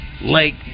lake